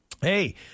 Hey